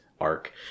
arc